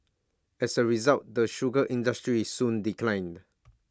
as A result the sugar industry soon declined